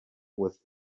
with